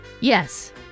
Yes